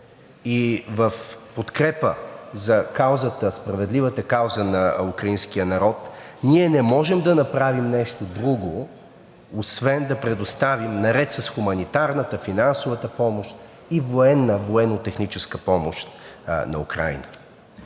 и в подкрепа за справедливата кауза на украинския народ ние не можем да направим нещо друго, освен да предоставим наред с хуманитарната, финансовата помощ и военнотехническа помощ на Украйна.